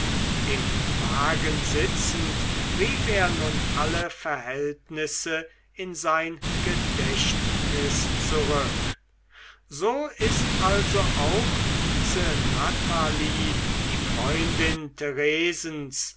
im wagen sitzend rief er nun alle verhältnisse in sein gedächtnis zurück so ist also auch diese natalie die freundin